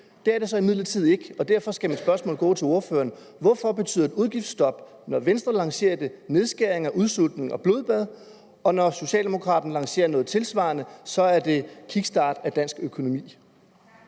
det er det så imidlertid ikke. Derfor skal mit spørgsmål til ordføreren være: Hvorfor betyder et udgiftsstop, når Venstre lancerer det, nedskæring, udsultning og blodbad, men når Socialdemokraterne lancerer noget tilsvarende, er det kickstart af dansk økonomi?